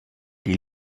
die